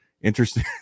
interesting